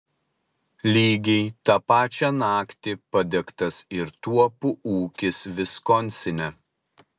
lygiai tą pačią naktį padegtas ir tuopų ūkis viskonsine